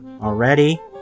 already